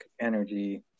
energy